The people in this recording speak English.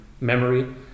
memory